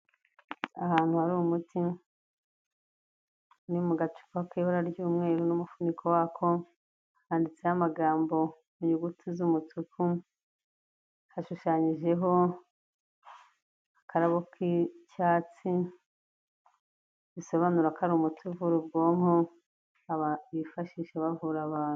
Ahantu hari umuti, ni mu gacupa k'ibara ry'umweru n'umufuniko wako, handitseho amagambo mu nyuguti z'umutuku, hashushanyijeho akarabo k'icyatsi, bisobanura ko ari umuti uvura ubwonko bifashisha bavura abantu.